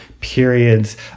periods